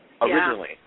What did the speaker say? Originally